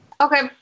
Okay